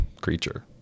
creature